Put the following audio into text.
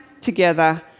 together